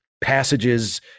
passages